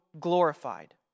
glorified